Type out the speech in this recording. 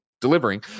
delivering